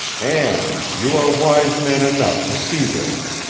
and you are wise man enough to see this.